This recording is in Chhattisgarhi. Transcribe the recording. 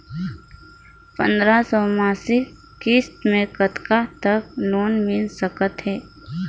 पंद्रह सौ मासिक किस्त मे कतका तक लोन मिल सकत हे?